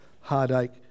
heartache